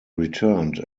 returned